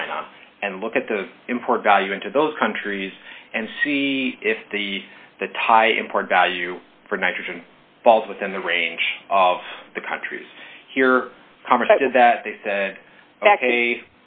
china and look at the import value into those countries and see if the the thai import value for nitrogen falls within the range of the countries here that they said